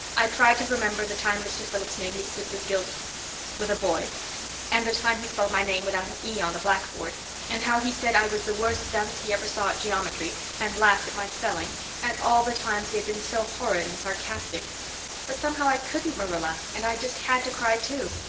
i tried to remember the time mr. phillips made me sit with gil with a boy and the time he spelled my name without an e on the blackboard and how he said i was the worst dunce he ever saw at geometry and laughed at my spelling and all the times he had been so horrid and sarcastic but somehow i couldn't, marilla, and i just had to cry too.